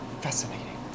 Fascinating